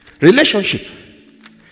Relationship